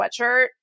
sweatshirt